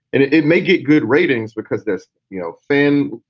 and it it may get good ratings because this you know fan,